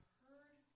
heard